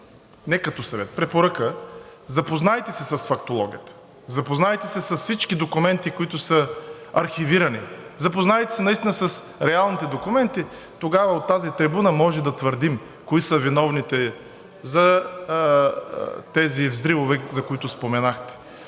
не като съвет, препоръка – запознайте се с фактологията, запознайте се с всички документи, които са архивирани, запознайте се наистина с реалните документи – тогава от тази трибуна може да твърдим кои са виновните за тези взривове, за които споменахте.